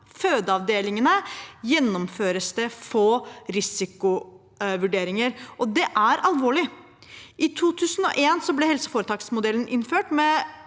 fødeavdelingene gjennomføres det få risikovurderinger. Det er alvorlig. I 2001 ble helseforetaksmodellen innført. Med